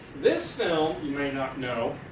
this film you may not know.